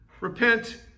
Repent